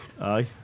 Aye